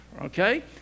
Okay